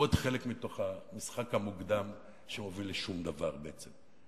הוא עוד חלק מתוך המשחק המוקדם שמוביל לשום דבר בעצם,